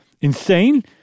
Insane